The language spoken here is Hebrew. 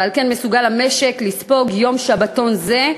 ועל כן המשק מסוגל לספוג יום שבתון זה.